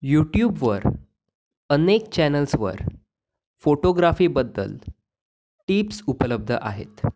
युट्युबवर अनेक चॅनल्सवर फोटोग्राफीबद्दल टिप्स उपलब्ध आहेत